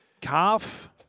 calf